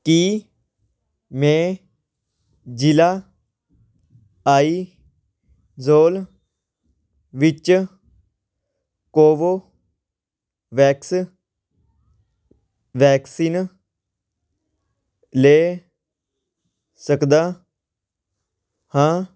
ਕੀ ਮੈਂ ਜ਼ਿਲ੍ਹਾ ਆਈਜ਼ੌਲ ਵਿੱਚ ਕੋਵੋਵੈਕਸ ਵੈਕਸੀਨ ਲੈ ਸਕਦਾ ਹਾਂ